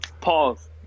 Pause